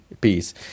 peace